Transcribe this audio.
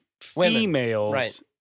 females